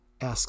asks